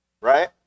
Right